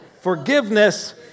forgiveness